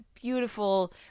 Beautiful